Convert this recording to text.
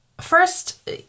first